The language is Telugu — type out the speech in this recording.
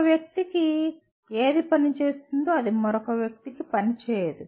ఒక వ్యక్తికి ఏది పని చేస్తుందో అది మరొక వ్యక్తికి పని చేయదు